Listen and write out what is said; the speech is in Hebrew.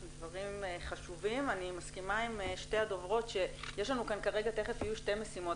אני מסכימה עם שתי הדוברות שתיכף יהיו שתי משימות,